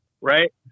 right